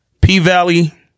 P-Valley